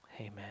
amen